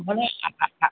মানে